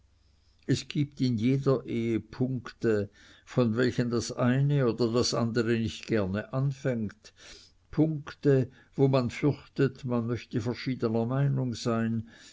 es gibt in jeder ehe punkte von welchen das eine oder das andere nicht gerne anfängt punkte wo man fürchtet man möchte verschiedener meinung sein